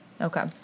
okay